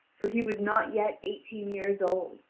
for he was not yet eighteen years old,